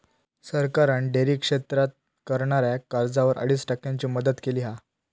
सरकारान डेअरी क्षेत्रात करणाऱ्याक कर्जावर अडीच टक्क्यांची मदत केली हा